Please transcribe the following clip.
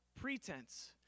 pretense